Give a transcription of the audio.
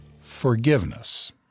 Forgiveness